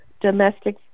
domestic